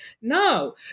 no